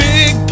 Big